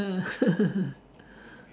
ah